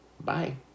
Bye